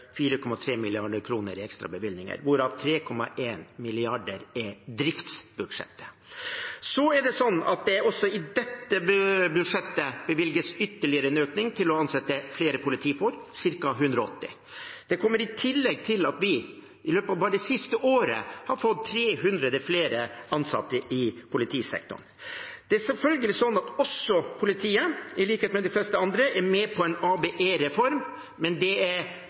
4,3 mrd. kr i ekstra bevilgninger, hvorav 3,1 mrd. kr er driftsbudsjettet. Også i dette budsjettet bevilges en ytterligere økning til å ansette flere politifolk, ca. 180. Det kommer i tillegg til at vi i løpet av bare det siste året har fått 300 flere ansatte i politisektoren. Selvfølgelig er også politiet – i likhet med de fleste andre – med på ABE-reformen, men det